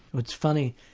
it's funny,